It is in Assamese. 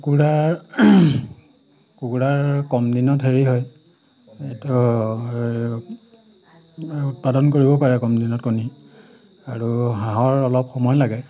কুকুৰাৰ কুকুৰাৰ কম দিনত হেৰি হয় উৎপাদন কৰিব পাৰে কম দিনত কণী আৰু হাঁহৰ অলপ সময় লাগে